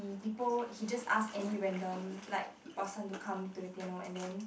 he people he just ask any random like person to come to the piano and then